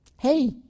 Hey